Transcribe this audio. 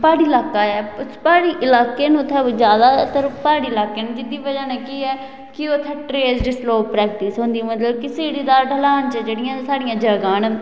प्हाड़ी लाका ऐ प्हाड़ी इलाके न उत्थें जादा पर प्हाड़ी लाके न जेह्दी बजह् कन्नै केह् ऐ कि उत्थें टेरेस्ड स्लोप प्रैक्टिस होंदी मतलब कि सीढ़ीदार ढलान च जेह्ड़ियां साढ़ियां जगहां न